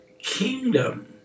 kingdom